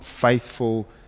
faithful